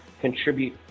contribute